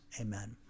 Amen